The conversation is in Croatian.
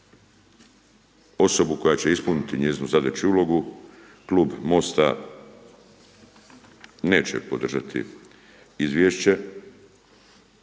osobu koja će ispuniti njezinu zadaću i ulogu. Klub MOST-a neće podržati izvješće,